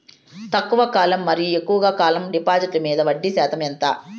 తక్కువ కాలం మరియు ఎక్కువగా కాలం డిపాజిట్లు మీద వడ్డీ శాతం ఎంత?